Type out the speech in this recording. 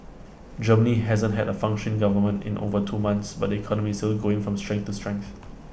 Germany hasn't had A function government in over two months but the economy is still going from strength to strength